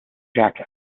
jacket